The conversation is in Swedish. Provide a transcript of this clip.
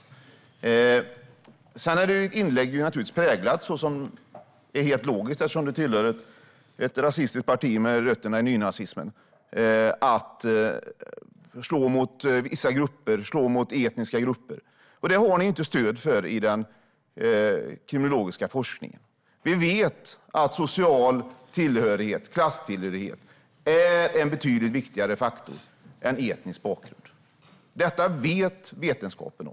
Ditt anförande är präglat av att man ska slå mot vissa grupper, mot etniska grupper. Det är helt logiskt eftersom du tillhör ett rasistiskt parti med rötter i nynazismen. Men ni har inte stöd i den kriminologiska forskningen för att man ska göra det. Vi vet att social tillhörighet, klasstillhörighet, är en betydligt viktigare faktor än etnisk bakgrund. Detta vet vetenskapen.